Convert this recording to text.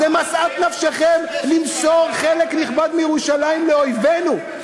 זו משאת נפשכם, למסור חלק נכבד מירושלים לאויבינו.